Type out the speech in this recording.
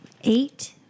eight